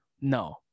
No